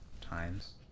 times